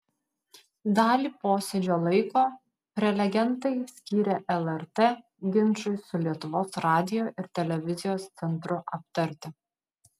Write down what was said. dalį posėdžio laiko prelegentai skyrė lrt ginčui su lietuvos radijo ir televizijos centru aptarti